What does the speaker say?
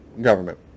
government